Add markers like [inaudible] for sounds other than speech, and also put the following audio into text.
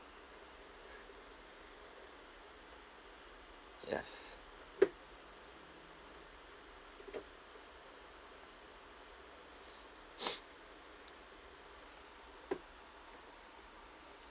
yes [noise]